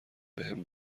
بهم